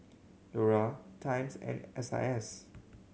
Iora Times and S I S